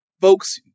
folks